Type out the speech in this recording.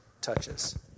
touches